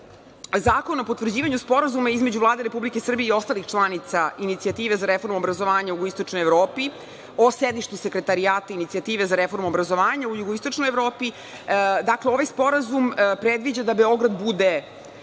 zakona o potvrđivanju Sporazuma između Vlade Republike Srbije i ostalih članica Inicijative za reformu obrazovanja u Jugoističnoj Evropi o sedištu Sekretarijata Inicijative za reformu obrazovanja u Jugoističnoj Evropi. Ovaj sporazuma predviđa da Beograd bude